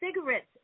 cigarettes